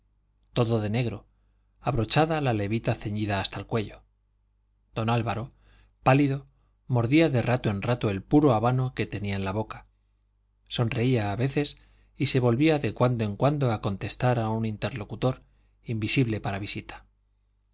todo de negro abrochada la levita ceñida hasta el cuello don álvaro pálido mordía de rato en rato el puro habano que tenía en la boca sonreía a veces y se volvía de cuando en cuando a contestar a un interlocutor invisible para visita